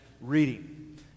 reading